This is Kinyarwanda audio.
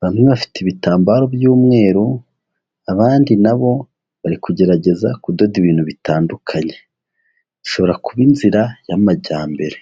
bamwe bafite ibitambaro by'umweru, abandi na bo bari kugerageza kudoda ibintu bitandukanye, bishobora kuba inzira y'amajyambere.